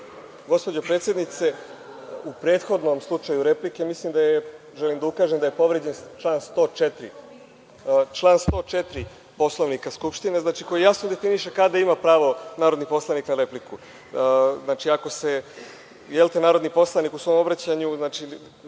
Gospođo predsednice, u prethodnom slučaju replike mislim da je povređen član 104. Poslovnika Skupštine, koji jasno definiše kada ima pravo narodni poslanik na repliku. Znači, ako narodni poslanik u svom obraćanju